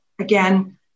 again